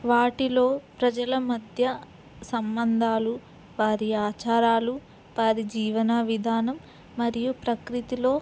వాటిలో ప్రజల మధ్య సంబంధాలు వారి ఆచారాలు వారి జీవన విధానం మరియు ప్రకృతిలో